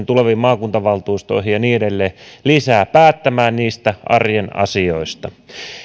tuleviin maakuntavaltuustoihin ja niin edelleen päättämään niistä arjen asioista